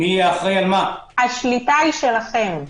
השליטה היא שלכם.